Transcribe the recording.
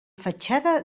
fatxada